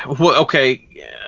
okay